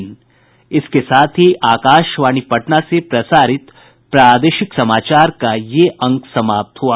इसके साथ ही आकाशवाणी पटना से प्रसारित प्रादेशिक समाचार का ये अंक समाप्त हुआ